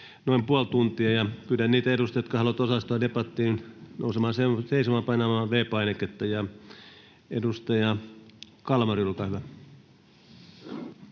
noin puoli tuntia. Pyydän niitä edustajia, jotka haluavat osallistua debattiin, nousemaan seisomaan ja painamaan V-painiketta. — Edustaja Kalmari, olkaa hyvä.